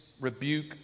rebuke